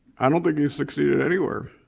i don't think he's succeeded anywhere.